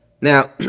Now